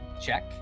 check